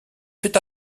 fait